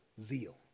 zeal